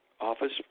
Office